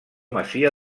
masia